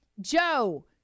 Joe